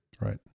Right